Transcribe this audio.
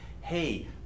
Hey